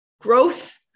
growth